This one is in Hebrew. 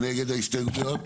ההסתייגויות